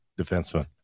defenseman